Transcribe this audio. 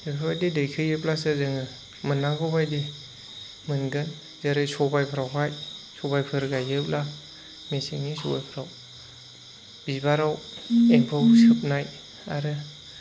बेफोरबायदि दैखोयोब्लासो जोङो मोननांगौ बायदि मोनगोन जेरै सबायफोरावहाय सबायफोर गायोब्ला मेसेंनि सबायफोराव बिबाराव एम्फौ सोबनाय आरो